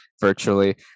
virtually